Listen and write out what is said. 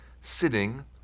sitting